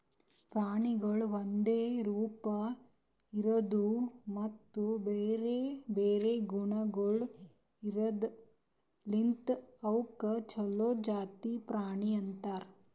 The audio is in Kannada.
ಪ್ರಾಣಿಗೊಳ್ ಒಂದೆ ರೂಪ, ಇರದು ಮತ್ತ ಬ್ಯಾರೆ ಬ್ಯಾರೆ ಗುಣಗೊಳ್ ಇರದ್ ಲಿಂತ್ ಅವುಕ್ ಛಲೋ ಜಾತಿ ಪ್ರಾಣಿ ಅಂತರ್